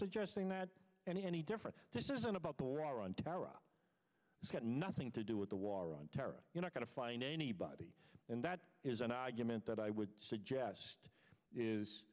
suggesting that any any different this isn't about the war on terror it's got nothing to do with the war on terror you're not going to find anybody and that is an argument that i would suggest is